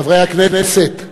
חברי הכנסת,